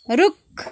रुख